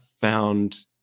found